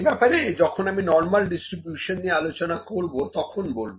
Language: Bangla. সেব্যাপারে যখন আমি নরমাল ডিস্ট্রিবিউশন নিয়ে আলোচনা করবো তখন বলবো